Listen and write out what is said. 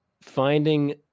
finding